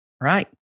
Right